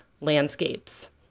landscapes